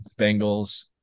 Bengals